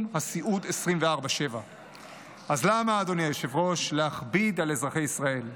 הסיעוד 24/7. אז למה להכביד על אזרחי ישראל,